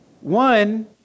One